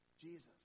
Jesus